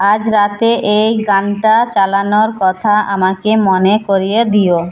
আজ রাতে এই গানটা চালানোর কথা আমাকে মনে করিয়ে দিও